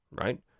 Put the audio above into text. right